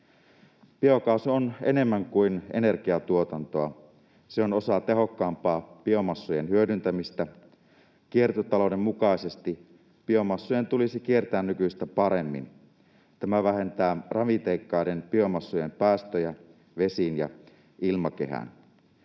Biokaasu on enemmän kuin energiantuotantoa. Se on osa tehokkaampaa biomassojen hyödyntämistä. Kiertotalouden mukaisesti biomassojen tulisi kiertää nykyistä paremmin. Tämä vähentää ravinteikkaiden biomassojen päästöjä vesiin ja ilmakehään.